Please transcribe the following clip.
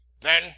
Then